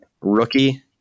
Rookie